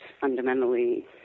fundamentally